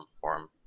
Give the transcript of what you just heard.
form